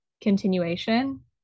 continuation